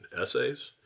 essays